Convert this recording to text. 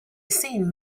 seen